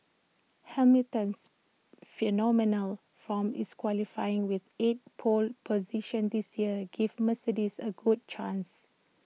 Hamilton's phenomenal form is qualifying with eight pole positions this year gives Mercedes A good chance